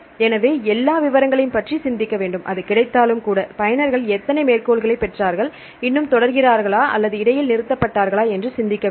எனவே எல்லா விவரங்களையும் பற்றி சிந்திக்க வேண்டும் அது கிடைத்தாலும் கூட பயனர்கள் எத்தனை மேற்கோள்களைப் பெற்றார்கள் இன்னும் தொடர்கிறார்களா அல்லது இடையில் நிறுத்தப்பட்டார்களா என்று சிந்திக்க வேண்டும்